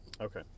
okay